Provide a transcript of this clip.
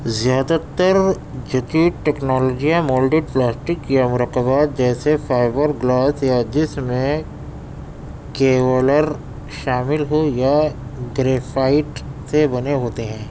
زیادہ تر جدید ٹیکنالوجیاں مولڈڈ پلاسٹک یا مرکبات جیسے فائبر گلاس یا جس میں کیولر شامل ہو یا گریفائٹ سے بنے ہوتے ہیں